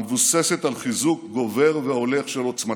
המבוססת על חיזוק גובר והולך של עוצמתה.